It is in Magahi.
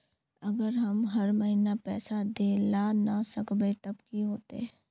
अगर हम हर महीना पैसा देल ला न सकवे तब की होते?